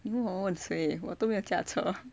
你要我问谁我都没有驾车